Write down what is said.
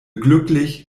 glücklich